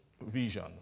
vision